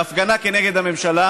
השר אורי אריאל בהפגנה כנגד הממשלה: